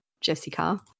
Jessica